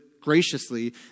graciously